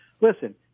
listen